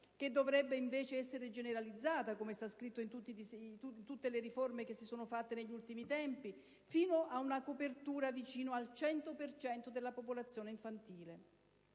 che dovrebbe invece essere generalizzata, come è scritto in tutte le riforme approvate negli ultimi anni, fino ad una copertura vicina al 100 per cento della popolazione infantile.